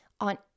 on